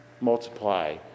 multiply